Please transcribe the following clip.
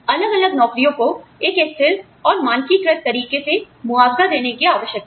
अलग अलग नौकरियों को एक स्थिर और मानकीकृत तरीके से मुआवजा देने की आवश्यकता है